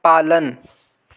पालन